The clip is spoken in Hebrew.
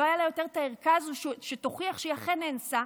לא הייתה לה יותר הערכה הזו שתוכיח שהיא אכן נאנסה,